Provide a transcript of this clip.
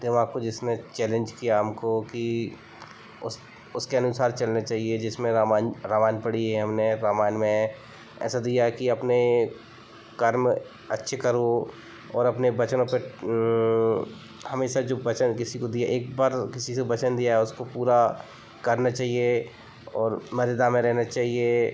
दिमाग को जिसने चैलेंज किया हमको कि उस उसके अनुसार चलना चहिए जिसमें रामायण रामायण पढ़ी है हमने रामायण में ऐसा दिया है कि अपने कर्म अच्छे करो और अपने वचनों पे हमेशा जो वचन किसी को दिया एक बार किसी से वचन दिया है उसको पूरा करना चाहिए और मर्यादा में रहना चाहिए